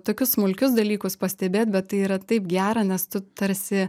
tokius smulkius dalykus pastebėt bet tai yra taip gera nes tu tarsi